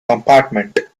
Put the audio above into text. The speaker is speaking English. compartment